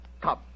Come